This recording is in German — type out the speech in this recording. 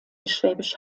schwäbisch